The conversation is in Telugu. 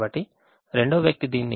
కాబట్టి 2వ వ్యక్తి దీన్ని సుమారు 0